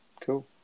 Cool